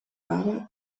baba